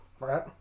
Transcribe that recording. Right